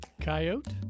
coyote